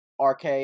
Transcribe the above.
RK